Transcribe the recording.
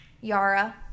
Yara